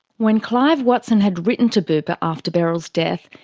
when clive watson had written to bupa after beryl's death,